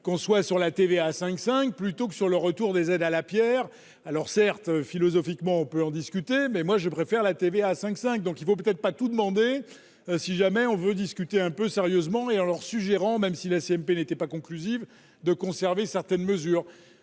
qu'on soit sur la TVA à 5 5 plutôt que sur le retour des aides à la Pierre, alors certes, philosophiquement, on peut en discuter mais moi je préfère la TVA à 5 5, donc il faut peut-être pas tout demander si jamais on veut discuter un peu sérieusement et en leur suggérant même si la CMP n'était pas conclusive de conserver certaines mesures